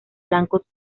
blancos